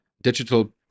digital